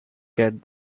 get